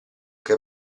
che